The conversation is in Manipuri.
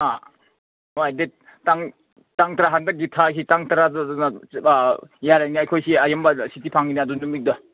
ꯑꯥ ꯍꯣꯏ ꯗꯦꯠ ꯇꯥꯡ ꯇꯥꯡ ꯇꯔꯥ ꯍꯟꯗꯛꯀꯤ ꯊꯥꯒꯤ ꯇꯥꯡ ꯇꯔꯥꯗꯨ ꯑꯗꯨꯅ ꯌꯥꯔꯦꯅꯦ ꯑꯩꯈꯣꯏꯁꯤ ꯑꯔꯦꯝꯕꯗ ꯁꯨꯇꯤ ꯐꯪꯒꯅꯤ ꯑꯗꯨ ꯅꯨꯃꯤꯠꯇ